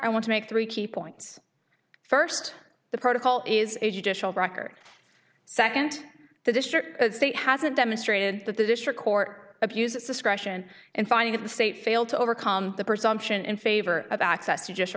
i want to make three key points first the protocol is a judicial record second the district state hasn't demonstrated that the district court abused its discretion in finding if the state failed to overcome the presumption in favor of access you just